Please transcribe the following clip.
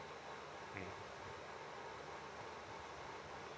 mm